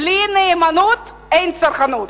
בלי נאמנות אין צרכנות.